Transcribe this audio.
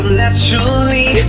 naturally